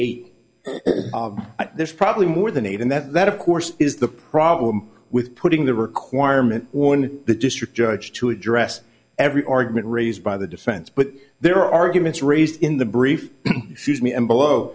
eight there's probably more than eight and that of course is the problem with putting the requirement or in the district judge to address every argument raised by the defense but their arguments raised in the brief me and below